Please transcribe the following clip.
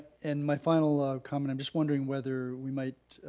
and my final comment. i'm just wondering whether we might